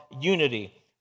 unity